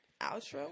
outro